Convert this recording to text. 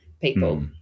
people